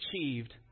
achieved